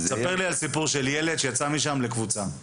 ספר לי על סיפור של ילד שיצא משם לקבוצה.